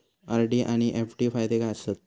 RD आनि FD फायदे काय आसात?